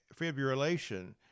fibrillation